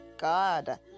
God